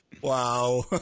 Wow